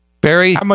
Barry